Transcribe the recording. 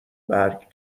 برگ